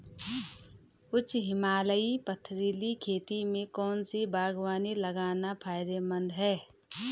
उच्च हिमालयी पथरीली खेती में कौन सी बागवानी लगाना फायदेमंद है?